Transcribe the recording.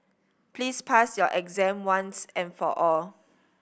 please pass your exam once and for all